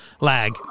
lag